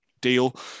deal